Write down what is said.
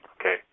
Okay